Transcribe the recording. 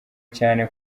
cyane